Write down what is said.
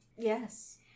Yes